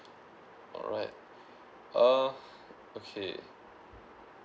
alright uh okay